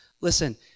Listen